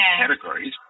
categories